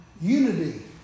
Unity